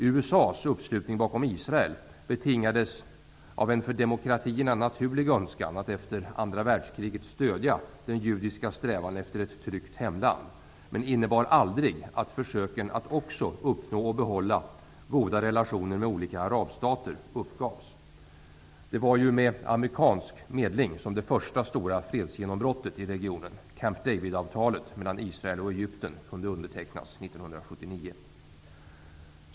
USA:s uppslutning bakom Israel betingades av en för demokratierna naturlig önskan att efter andra världskriget stödja den judiska strävan efter ett tryggt hemland, men den innebar aldrig att försöken att också uppnå och behålla goda relationer med olika arabstater uppgavs. Det var ju med amerikansk medling som man fick det första stora fredsgenombrottet i regionen, nämligen Camp David-avtalet mellan Israel och Egypten som kunde undertecknas 1979.